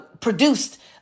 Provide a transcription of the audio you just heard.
produced